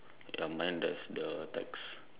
ya mine there's the text